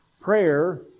prayer